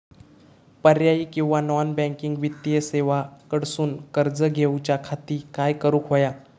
पर्यायी किंवा non banking वित्तीय सेवा कडसून कर्ज घेऊच्या खाती काय करुक होया?